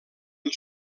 amb